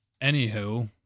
anywho